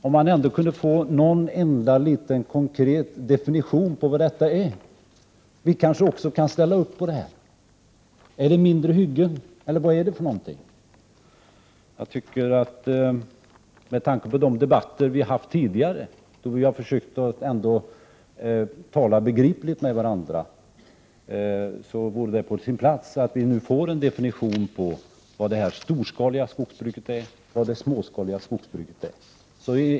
Om man ändå kunde få någon konkret definition! Vi kanske också kan ställa upp på detta. Är det mindre hyggen som är småskaligt skogsbruk, eller vad är det? Med tanke på debatter vi haft tidigare, då vi ändå har försökt tala begripligt med varandra, tycker jag att det vore på sin plats att vi nu fick en definition på vad det storskaliga skogsbruket är och vad det småskaliga skogsbruket är.